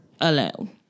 alone